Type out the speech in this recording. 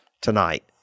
tonight